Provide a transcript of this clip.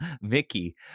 mickey